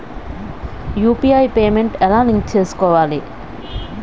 UPI payment ఎలా link చేసుకోవాలి?